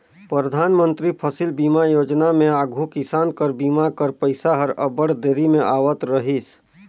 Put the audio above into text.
परधानमंतरी फसिल बीमा योजना में आघु किसान कर बीमा कर पइसा हर अब्बड़ देरी में आवत रहिस